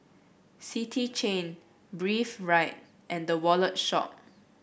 City Chain Breathe Right and The Wallet Shop